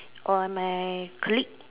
or my colleague